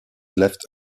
left